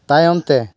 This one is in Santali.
ᱛᱟᱭᱚᱢᱛᱮ